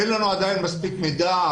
אין לנו מספיק מידע.